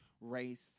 race